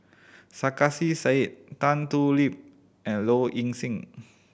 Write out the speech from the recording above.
Sarkasi Said Tan Thoon Lip and Low Ing Sing